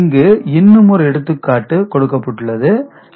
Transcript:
இங்கு இன்னுமொரு எடுத்துக்காட்டு கொடுக்கப்பட்டுள்ளது 23